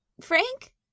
Frank